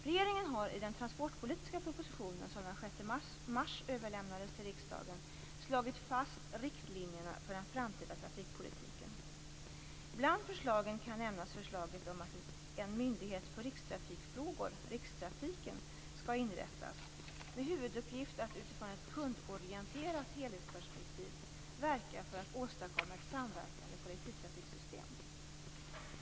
Regeringen har i den transportpolitiska propositionen, som den 6 mars överlämnades till riksdagen, slagit fast riktlinjerna för den framtida trafikpolitiken. Bland förslagen kan nämnas förslaget om att en myndighet för rikstrafikfrågor, Rikstrafiken, skall inrättas. Dess huvuduppgift skall vara att i ett kundorienterat helhetsperspektiv verka för att åstadkomma ett samverkande kollektivtrafiksystem.